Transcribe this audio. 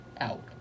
out